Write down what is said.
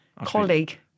Colleague